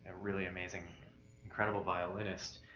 really amazing incredible violinist.